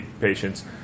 patients